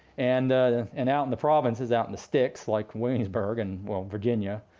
and and out in the provinces, out in the sticks like williamsburg and virginia,